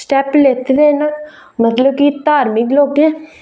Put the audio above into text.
step लैते दे न मतलब की धार्मिक लोकें